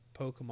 pokemon